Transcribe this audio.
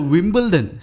Wimbledon